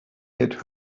had